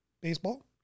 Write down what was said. baseball